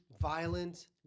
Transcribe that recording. violent